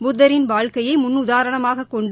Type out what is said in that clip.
புத்தின் வாழ்க்கையை முன்னுதாரணமாகக் கொண்டு